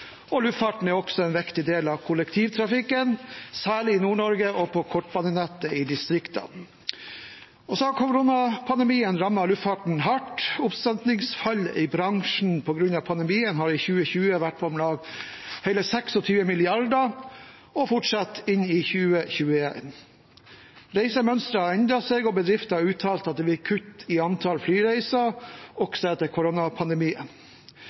og luftfarten er også en viktig del av kollektivtrafikken, særlig i Nord-Norge og på kortbanenettet i distriktene. Så har koronapandemien rammet luftfarten hardt. Omsetningsfallet i bransjen på grunn av pandemien har i 2020 vært på om lag hele 26 mrd. kr og fortsetter inn i 2021. Reisemønsteret har endret seg, og bedrifter har uttalt at de vil kutte i antall flyreiser, også etter koronapandemien.